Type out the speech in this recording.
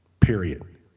Period